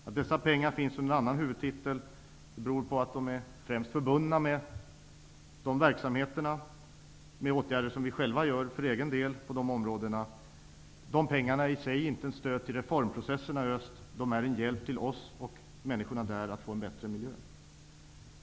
Att dessa pengar finns under en annan huvudtitel beror på att de främst är förbundna med de verksamheterna och med åtgärder som vi själva gör på de områdena. De pengarna är inte ett stöd till reformprocesserna i öst, de är en hjälp till oss och människorna där att få en bättre miljö.